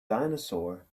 dinosaur